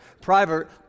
Private